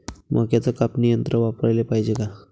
मक्क्याचं कापनी यंत्र वापराले पायजे का?